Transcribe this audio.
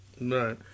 Right